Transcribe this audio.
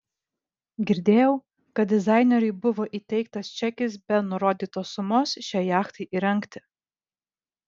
girdėjau kad dizaineriui buvo įteiktas čekis be nurodytos sumos šiai jachtai įrengti